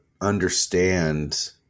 understand